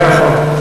זה נכון.